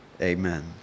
Amen